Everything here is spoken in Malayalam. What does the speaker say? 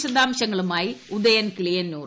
വിശദാംശങ്ങളുമായി ഉദയൻ കിളിയന്നൂർ